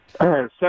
Second